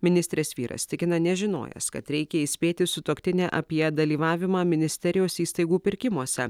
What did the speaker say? ministrės vyras tikina nežinojęs kad reikia įspėti sutuoktinę apie dalyvavimą ministerijos įstaigų pirkimuose